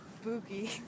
spooky